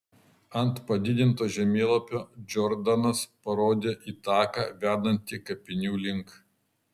ant padidinto žemėlapio džordanas parodė į taką vedantį kapinių link